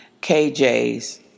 KJ's